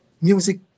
music